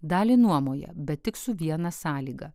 dalį nuomoja bet tik su viena sąlyga